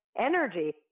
energy